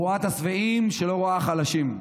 בועת השבעים שלא רואה חלשים.